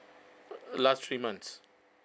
last three months